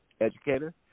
educator